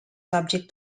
subject